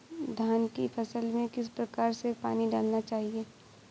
धान की फसल में किस प्रकार से पानी डालना चाहिए?